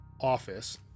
office